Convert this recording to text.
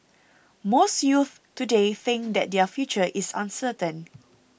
most youths today think that their future is uncertain